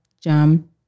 jam